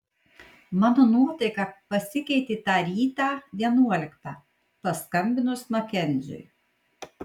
mano nuotaika pasikeitė tą rytą vienuoliktą paskambinus makenziui